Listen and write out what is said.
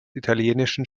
italienischen